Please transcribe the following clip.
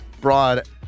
Broad